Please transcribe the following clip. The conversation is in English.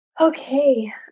Okay